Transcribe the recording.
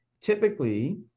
typically